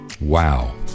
Wow